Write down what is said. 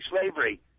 slavery